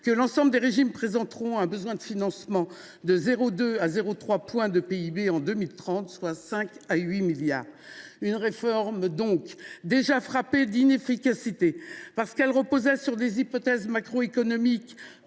que l’ensemble des régimes présenteront un besoin de financement de 0,2 à 0,3 point de PIB à cette échéance, soit 5 à 8 milliards d’euros. Cette réforme est déjà frappée d’inefficacité, car elle reposait sur des hypothèses macroéconomiques